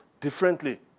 differently